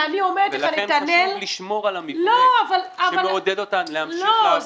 ולכן חשוב לשמור על המבנה שמעודד אותן להמשיך לעבוד,